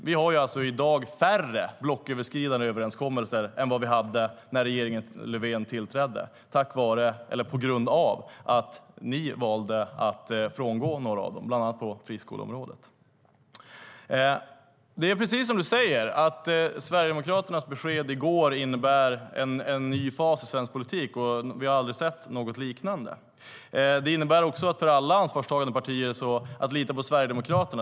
Vi har i dag färre blocköverskridande överenskommelser än vad vi hade när regeringen Löfven tillträdde på grund av att ni valde att frångå några av dem, bland annat på friskoleområdet. Det är precis som du säger, att Sverigedemokraternas besked i går innebär en ny fas i svensk politik, och vi har aldrig sett något liknande. Att lita på Sverigedemokraterna är för alla ansvarstagande politiker som att luta sig mot ett duschdraperi.